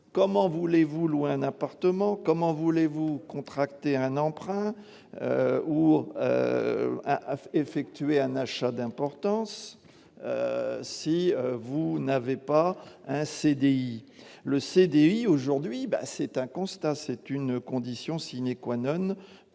comment voulez vous louez un appartement, comment voulez-vous contracter un emprunt ou à effectuer un achat d'importance si vous n'avait pas un CDI, le CDI aujourd'hui bah, c'est un constat, c'est une condition signer quoi, non